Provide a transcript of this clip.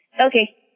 Okay